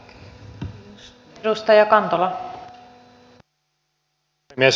arvoisa puhemies